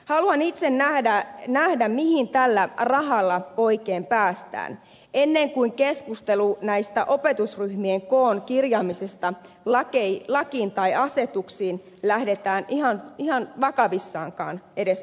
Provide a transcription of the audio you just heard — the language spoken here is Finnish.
haluan itse nähdä mihin tällä rahalla oikein päästään ennen kuin opetusryhmien koon kirjaamisesta lakiin tai asetuksiin lähdetään ihan vakavissaankaan edes puhumaan